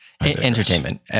Entertainment